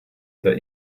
that